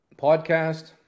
podcast